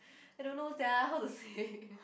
I don't know sia how to say